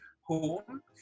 home